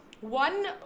one